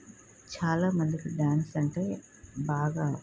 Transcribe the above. చాలా మందికి డాన్స్ అంటే బాగా